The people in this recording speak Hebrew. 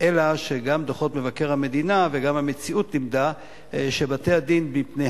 אלא בונה לו מנגנון על מנת שיקוים החוק, שבתום 30